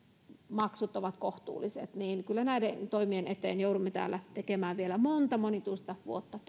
maksut ovat kohtuulliset kyllä näiden toimien eteen joudumme täällä tekemään vielä monta monituista vuotta